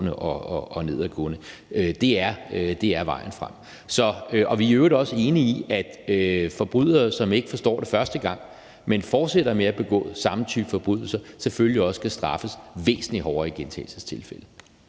og nedadgående. Så det er vejen frem. Vi er øvrigt også enige i, at forbrydere, som ikke forstår det første gang, men som fortsætter med at begå samme type forbrydelse, selvfølgelig også skal straffes væsentlig hårdere i gentagelsestilfælde.